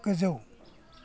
गोजौ